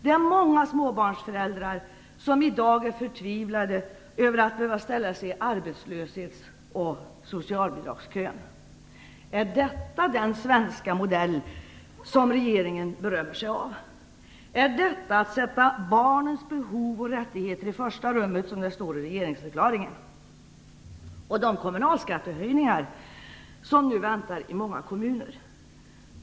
Det är många småbarnsföräldrar som i dag är förtvivlade över att behöva ställa sig i arbetslöshets och socialbidragskön. Är detta den svenska modell som regeringen berömmer sig av? Är detta att sätta "barnens behov och rättigheter i första rummet", som det står i regeringsförklaringen? Och för att inte tala om de kommunalskattehöjningar som nu väntar i många kommuner!